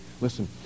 Listen